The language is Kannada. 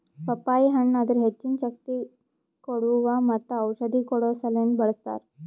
ಪಪ್ಪಾಯಿ ಹಣ್ಣ್ ಅದರ್ ಹೆಚ್ಚಿನ ಶಕ್ತಿ ಕೋಡುವಾ ಮತ್ತ ಔಷಧಿ ಕೊಡೋ ಸಲಿಂದ್ ಬಳ್ಸತಾರ್